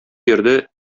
йөрде